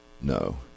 No